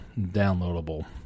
downloadable